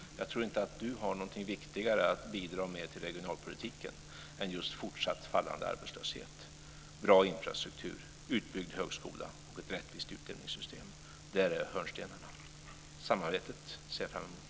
Jag tror inte att Lennart Daléus har någonting viktigare att bidra med till regionalpolitiken än just fortsatt fallande arbetslöshet, bra infrastruktur, utbyggd högskola och ett rättvist utjämningssystem. Där är hörnstenarna. Samarbetet ser jag fram emot.